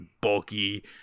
bulky